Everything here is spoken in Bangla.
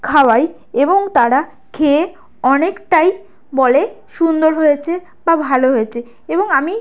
খাওয়াই এবং তারা খেয়ে অনেকটাই বলে সুন্দর হয়েছে বা ভালো হয়েছে এবং আমি